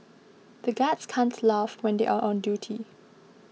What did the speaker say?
the guards can't laugh when they are on duty